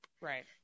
right